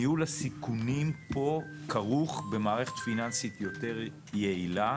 ניהול הסיכונים פה כרוך במערכת פיננסית יותר יעילה.